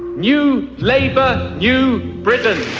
new labour, new britain.